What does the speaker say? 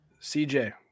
CJ